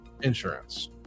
insurance